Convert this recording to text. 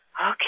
okay